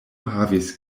havis